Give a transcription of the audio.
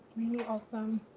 really awesome.